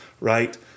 Right